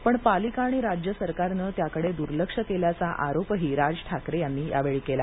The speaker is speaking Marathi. पण पालिका आणि राज्य सरकारनं त्याकडे दूर्लक्ष केल्याचा आरोपही राज ठाकरे यांनी यावेळी केला